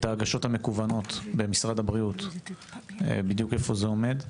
ההגשות המקוונות במשרד הבריאות ואיפה זה עומד בדיוק.